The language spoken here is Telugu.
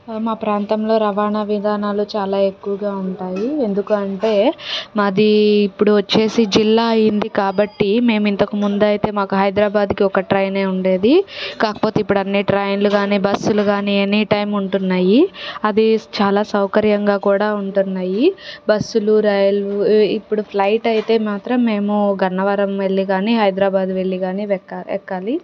మా ప్రాంతంలో రవాణా విధానాలు చాలా ఎక్కువగా ఉంటాయి ఎందుకు అంటే మాది ఇప్పుడు వచ్చి జిల్లా అయ్యింది కాబట్టి మేము ఇంతక ముందు అయితే మాకు హైదరాబాద్కి ఒక ట్రైనే ఉండేది కాకపోతే ఇప్పుడు అన్నీ ట్రైన్లు కానీ బస్సులు కానీ ఎనీ టైం ఉంటున్నాయి అది చాలా సౌకర్యంగా కూడా ఉంటున్నాయి బస్సులు రైళ్ళు ఇప్పుడు ఫ్లైట్ అయితే మాత్రం మేము గన్నవరం వెళ్ళి కానీ హైదరాబాదు వెళ్ళి కానీ ఎక్కా ఎక్కాలి